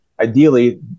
Ideally